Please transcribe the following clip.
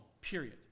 Period